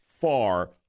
far